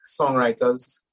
songwriters